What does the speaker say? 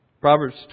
Proverbs